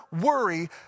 worry